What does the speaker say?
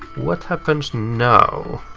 what happens now?